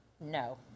No